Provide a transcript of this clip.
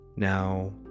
Now